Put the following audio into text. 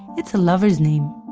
it's a lover's name.